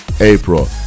April